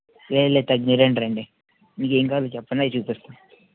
లేదు లేదు తగ్గినాయి రండి రండి మీకు ఏమి కావాలో చెప్పండి అవి చూపిస్తాం